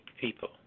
people